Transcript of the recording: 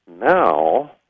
Now